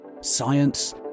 Science